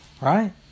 Right